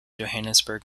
johannesburg